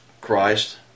Christ